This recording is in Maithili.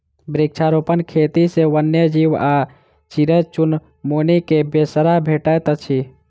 वृक्षारोपण खेती सॅ वन्य जीव आ चिड़ै चुनमुनी के बसेरा भेटैत छै